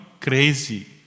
crazy